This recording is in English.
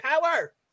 power